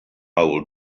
will